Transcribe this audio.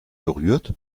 berührt